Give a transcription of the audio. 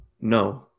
No